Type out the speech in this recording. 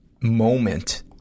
moment